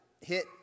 hit